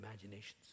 imaginations